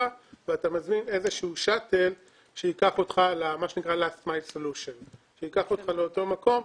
ואתה מזמין איזשהו שאטל שייקח אותך לאותו מקום,